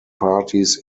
parties